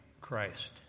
Christ